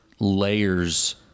Layers